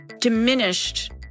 diminished